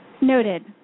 Noted